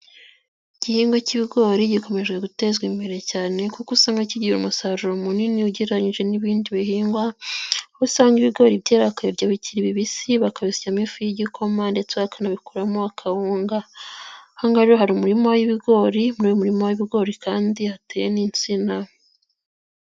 Igihingwa cy'ibigori gikomeje gutezwa imbere cyane kuko usanga kigira umusaruro munini ugereranyije n'ibindi bihingwa, aho usanga ibigori byera bakabirya bikiri bibisi bakabisyamo ifu y'igikoma ndetse akanabikuramo akawunga aha ngaha rero hari umurima w'ibigori mu muririma w'ibigori kandi hateyemo n' insina.